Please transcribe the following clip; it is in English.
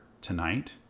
tonight